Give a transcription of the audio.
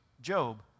Job